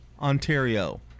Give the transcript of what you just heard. Ontario